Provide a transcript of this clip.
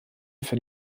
für